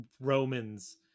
Romans